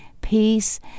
peace